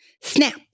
Snap